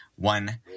One